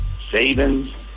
savings